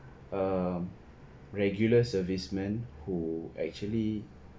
uh regular servicemen who actually